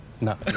No